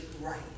right